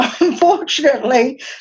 unfortunately